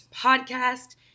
podcast